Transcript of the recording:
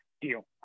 Deal